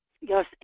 Yes